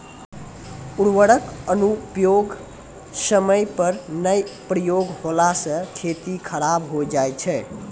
उर्वरक अनुप्रयोग समय पर नाय प्रयोग होला से खेती खराब हो जाय छै